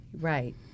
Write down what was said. right